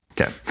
Okay